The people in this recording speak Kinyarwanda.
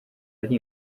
ari